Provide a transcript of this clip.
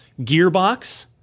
Gearbox